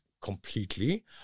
completely